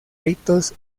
ritos